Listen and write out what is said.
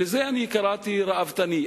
לזה אני קראתי ראוותני.